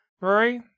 Rory